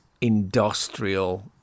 industrial